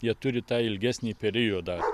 jie turi tą ilgesnį periodą